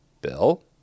Bill